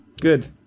Good